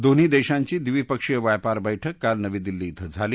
दोन्ही देशांची द्विपक्षीय व्यापार बैठक काल नवी दिल्ली कें झाली